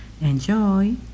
enjoy